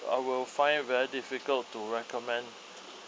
I will find it very difficult to recommend